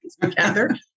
together